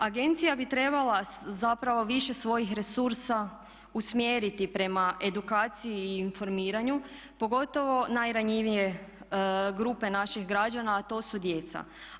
Agencija bi trebala zapravo više svojih resursa usmjeriti prema edukaciji i informiranju pogotovo najranjivije grupe naših građana a to su djeca.